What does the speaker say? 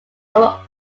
over